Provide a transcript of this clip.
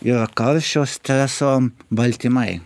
yra karščio streso baltymai